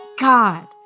god